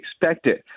expected